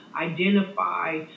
identify